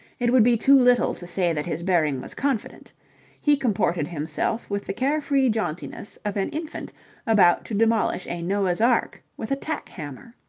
it would be too little to say that his bearing was confident he comported himself with the care-free jauntiness of an infant about to demolish a noah's ark with a tack-hammer.